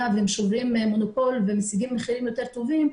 והם שוברים מונופולים ומשיגים מחירים יותר טובים,